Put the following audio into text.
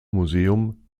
museum